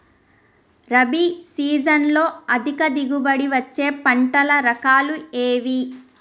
రబీ సీజన్లో అధిక దిగుబడి వచ్చే పంటల రకాలు ఏవి?